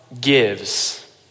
gives